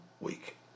week